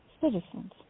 citizens